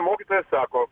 mokytojas sako